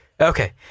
okay